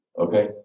Okay